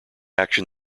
action